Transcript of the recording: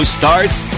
starts